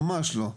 ממש לא.